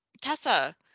Tessa